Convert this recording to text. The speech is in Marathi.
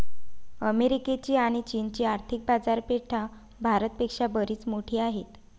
अमेरिकेची आणी चीनची आर्थिक बाजारपेठा भारत पेक्षा बरीच मोठी आहेत